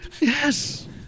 Yes